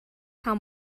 how